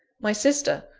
my sister!